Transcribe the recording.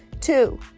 Two